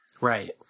Right